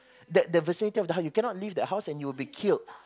that the vicinity of the house you cannot leave the house and you will be killed